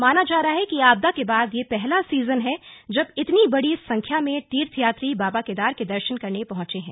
माना जा रहा है कि आपदा के बाद यह पहला सीजन है जब इतनी बड़ी संख्या में तीर्थयात्री बाबा केदार के दर्शन करने पहुंचे हैं